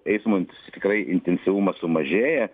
eismui tikrai intensyvumas sumažėja